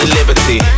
liberty